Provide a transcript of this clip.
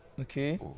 Okay